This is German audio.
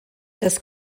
das